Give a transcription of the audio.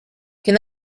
can